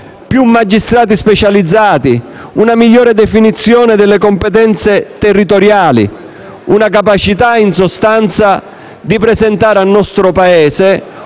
più magistrati specializzati e una migliore definizione delle competenze territoriali: una capacità, in sostanza, di presentare al nostro Paese